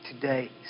today